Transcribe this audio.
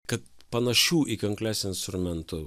kad panašių į kankles instrumentų